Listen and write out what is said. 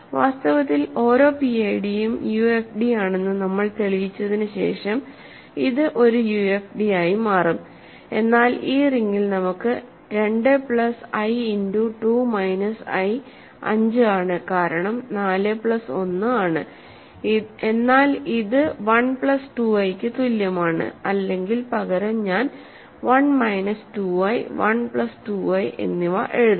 വാസ്തവത്തിൽ ഓരോ പിഐഡിയും യുഎഫ്ഡിയാണെന്ന് നമ്മൾ തെളിയിച്ചതിന് ശേഷം ഇത് യുഎഫ്ഡിയായി മാറും എന്നാൽ ഈ റിംഗിൽ നമുക്ക് 2 plus i into 2 minus i 5 ആണ് കാരണം 4 പ്ലസ് 1 ആണ് എന്നാൽ ഇത് 1 പ്ലസ് 2 i ക്ക് തുല്യമാണ് അല്ലെങ്കിൽ പകരം ഞാൻ 1 മൈനസ് 2 i 1 പ്ലസ് 2i എന്നിവ എഴുതാം